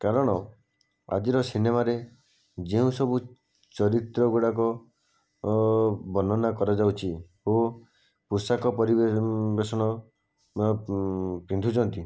କାରଣ ଆଜିର ସିନେମାରେ ଯେଉଁସବୁ ଚରିତ୍ର ଗୁଡ଼ାକ ବର୍ଣ୍ଣନା କରାଯାଉଛି ଓ ପୋଷାକ ପରି ବେଷଣ ପିନ୍ଧୁଛନ୍ତି